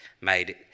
made